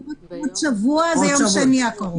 עוד שבוע זה יום שני הקרוב.